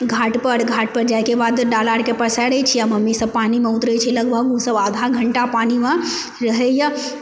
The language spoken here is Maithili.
घाट पर घाट पर जाइके बाद डाला आरके पसारै छियै आ मम्मी सब पानिमे उतरै छै लगभग ओ सब आधा घंटा पानिमे रहै यऽ